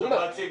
זו דוגמה צינית.